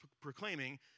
proclaiming